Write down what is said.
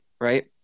right